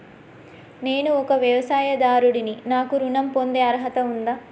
నేను ఒక వ్యవసాయదారుడిని నాకు ఋణం పొందే అర్హత ఉందా?